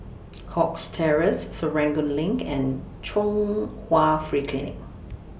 Cox Terrace Serangoon LINK and Chung Hwa Free Clinic